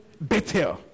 better